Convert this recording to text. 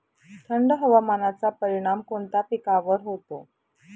थंड हवामानाचा परिणाम कोणत्या पिकावर होतो?